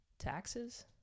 taxes